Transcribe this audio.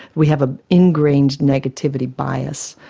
we have an ingrained negativity bias.